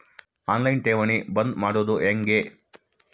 On line ಠೇವಣಿ ಬಂದ್ ಮಾಡೋದು ಹೆಂಗೆ?